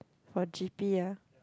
for g_p ah